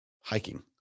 hiking